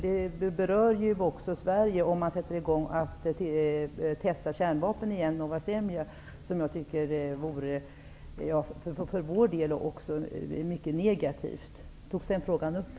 Det berör ju också Sverige om man sätter i gång att testa kärnvapen igen i Novaya Zemlja. Det vore mycket negativt även för vår del.